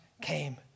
came